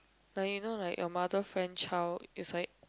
like you know like your mother friend child is like